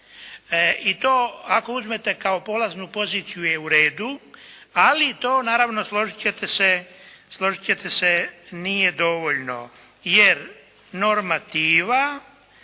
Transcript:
I to ako uzmete kao polaznu poziciju je u redu, ali to naravno složit ćete se nije dovoljno. Jer normativa